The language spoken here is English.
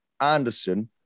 Anderson